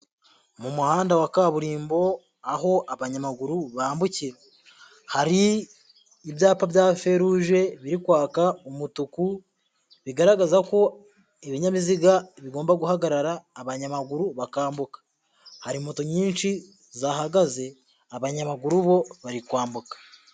Mu muhanda wa kaburimbo, aho abanyamaguru bambukira. Hari ibyapa bya feruje biri kwaka umutuku, bigaragaza ko ibinyabiziga bigomba guhagarara abanyamaguru bakambuka. Hari moto nyinshi zahagaze, abanyamaguru bo bari kwambuka.